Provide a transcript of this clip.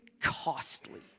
costly